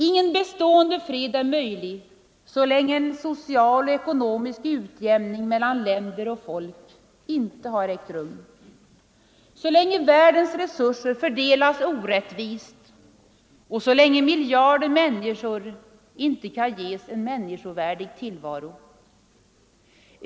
Ingen bestående fred är möjlig så länge en social och ekonomisk utjämning mellan länder och folk inte har ägt rum, så länge världens resurser fördelas orättvist och så länge miljarder människor inte kan ges en människovärdig tillvaro.